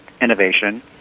innovation